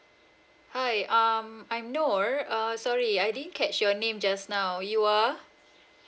hi um I'm noor err sorry I didn't catch your name just now you are